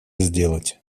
сделать